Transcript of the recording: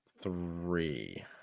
Three